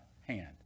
hand